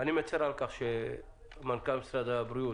אני מצר על כך שמנכ"ל משרד הבריאות,